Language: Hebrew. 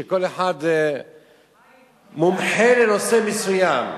שכל אחד מומחה לנושא מסוים.